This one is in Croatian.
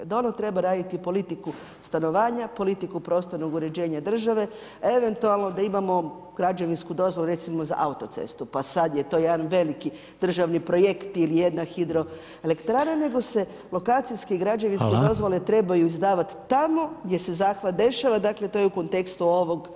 Da ono treba raditi politiku stanovanja, politiku prostornog uređenja države, eventualno da imamo građevinsku dozvolu, recimo za autocestu, pa sad je to jedan veliki državni projekt, ili jedna hidroelektrana, nego se lokacijske građevinske dozvole trebaju izdavati tamo gdje se zahvat dešava, dakle, to je u kontekstu ovog što govorimo i u ovom zakonu.